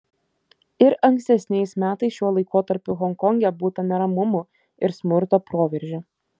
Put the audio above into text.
ir ankstesniais metais šiuo laikotarpiu honkonge būta neramumų ir smurto proveržių